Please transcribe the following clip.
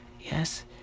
Yes